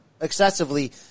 excessively